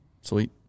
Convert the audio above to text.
Sweet